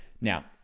now